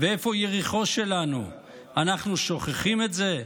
ואיפה יריחו שלנו, אנחנו שוכחים את זה?